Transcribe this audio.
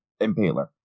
Impaler